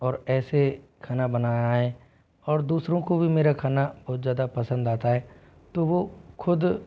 और ऐसे खाना बनाया है और दूसरों को भी मेरा खाना बहुत ज़्यादा पसंद आता है तो वो खुद